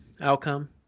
outcome